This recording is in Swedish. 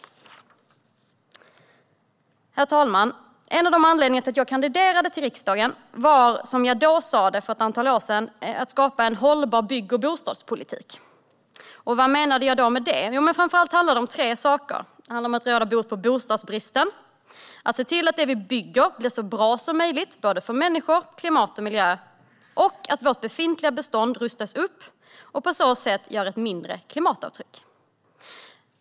Herr talman! En av anledningarna till att jag kandiderade till riksdagen för ett antal år sedan var att jag, som jag då sa, ville skapa en hållbar bygg och bostadspolitik. Vad menade jag med det? Framför allt handlar det om tre saker. Det handlar om att råda bot på bostadsbristen. Det handlar om att se till att det vi bygger blir så bra som möjligt för människor, klimat och miljö. Och det handlar om att vårt befintliga bestånd rustas upp och på så sätt gör ett mindre klimatavtryck.